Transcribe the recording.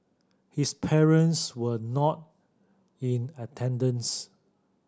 his parents were not in attendance